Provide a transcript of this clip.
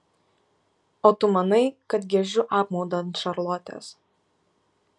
o tu manai kad giežiu apmaudą ant šarlotės